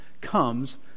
comes